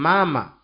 Mama